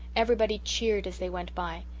everybody cheered as they went by,